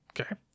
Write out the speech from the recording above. Okay